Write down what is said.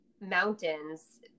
mountains